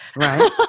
Right